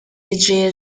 jiġri